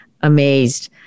amazed